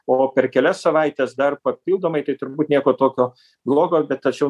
o per kelias savaites dar papildomai tai turbūt nieko tokio blogo bet tačiau